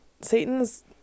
Satan's